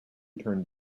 turned